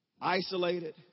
Isolated